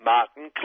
Martin